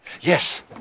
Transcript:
Yes